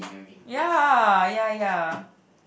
ya ya ya